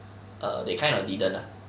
err they kind of didn't lah